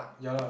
ya